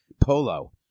polo